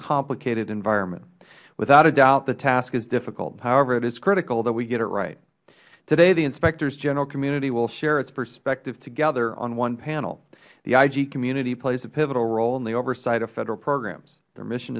completed environment without a doubt the task is difficult however it is critical that we get it right today the inspectors general community will share its perspective together on one panel the ig community plays a pivotal role in the oversight of federal programs their mission